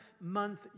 month